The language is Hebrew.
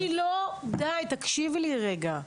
אבל אני לא, די, תקשיבי לי רגע.